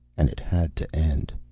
and it had to end.